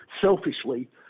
selfishly